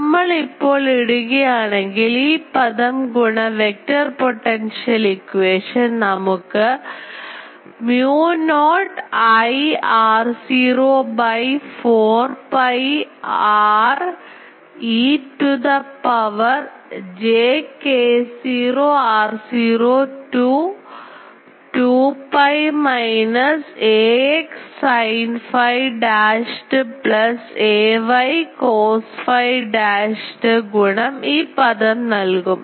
നമ്മൾ ഇപ്പോൾ ഇടുകയാണെങ്കിൽ ഈ പദം ഗുണം വെക്ടർ പൊട്ടൻഷ്യൽ ഇക്വേഷൻ നമുക്ക് mu not I r0 by 4 pi r e to the power j k0 r0 to 2 pi minus ax sin phi dashed plus ay cos phi dashed ഗുണം ഈ പദം നൽകും